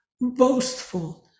boastful